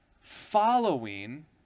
following